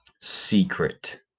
secret